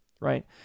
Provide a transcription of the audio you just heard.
right